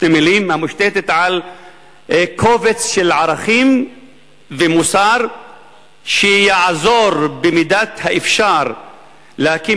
המושתתת על קובץ של ערכים ומוסר שיעזור במידת האפשר להקים